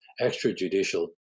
extrajudicial